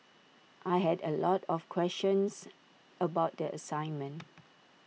I had A lot of questions about the assignment